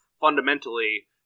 fundamentally